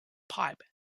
pipe